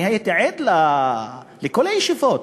אני הייתי עד לכל הישיבות,